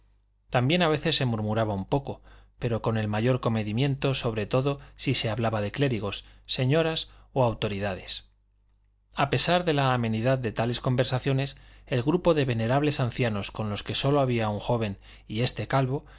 también a veces se murmuraba un poco pero con el mayor comedimiento sobre todo si se hablaba de clérigos señoras o autoridades a pesar de la amenidad de tales conversaciones el grupo de venerables ancianos con los que sólo había un joven y éste calvo